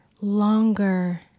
longer